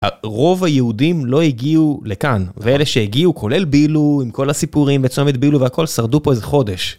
רוב היהודים לא הגיעו לכאן ואלה שהגיעו כולל בילו עם כל הסיפורים בצומת בילו והכל שרדו פה איזה חודש.